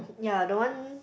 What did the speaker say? ya the one